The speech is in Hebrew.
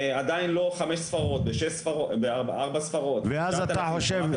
עדיין לא חמש וארבע ספרות --- כרמל,